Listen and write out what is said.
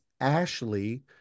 Ashley